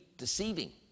deceiving